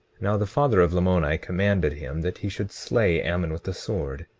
now the father of lamoni commanded him that he should slay ammon with the sword.